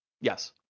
Yes